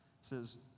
says